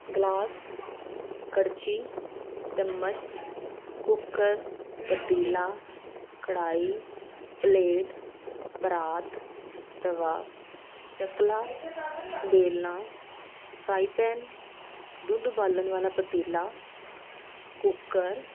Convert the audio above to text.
glass ਕੜਛੀ ਚਮਚ cooker ਪਤੀਲਾ ਕੜਾਹੀ ਪਲੇਟ ਪਰਾਤ ਤਵਾ ਚਕਲਾ ਵੇਲਨਾ ਫਰਾਈ ਪੈਨ ਦੁੱਧ ਉਬਾਲਣ ਵਾਲਾ ਪਤੀਲਾ ਕੁੱਕਰ